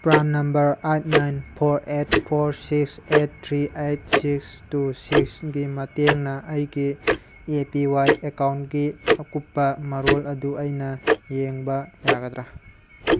PRAN number eight nine four eight four six eight three eight six two ꯁꯤꯛꯁꯀꯤ ꯃꯇꯦꯡꯅ ꯑꯩꯒꯤ A P Y ꯑꯦꯀꯥꯎꯟꯒꯤ ꯑꯀꯨꯞꯄ ꯃꯔꯣꯜ ꯑꯗꯨ ꯑꯩꯅ ꯌꯦꯡꯕ ꯌꯥꯒꯗ꯭ꯔꯥ